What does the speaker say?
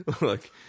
Look